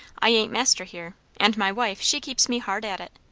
i ain't master here and my wife, she keeps me hard at it.